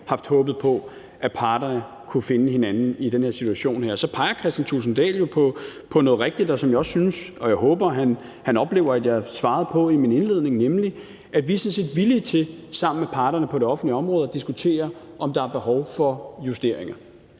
håbet på, at parterne kunne finde hinanden i den her situation. Så peger hr. Kristian Thulesen Dahl jo på noget rigtigt, som jeg også håber han oplever jeg svarede på i min indledning, nemlig at vi sammen med parterne på det offentlige område er villige til at diskutere, om der er behov for justeringer.